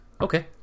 Okay